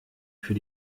für